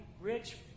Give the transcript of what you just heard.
rich